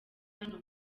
hano